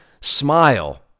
smile